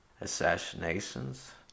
assassinations